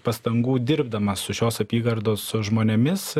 pastangų dirbdamas su šios apygardos žmonėmis